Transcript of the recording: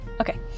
Okay